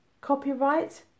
copyright